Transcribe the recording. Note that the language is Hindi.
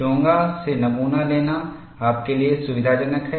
चोंगा से नमूना लेना आपके लिए सुविधाजनक है